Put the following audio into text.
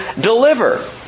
deliver